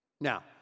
Now